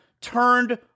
turned